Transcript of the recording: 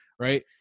right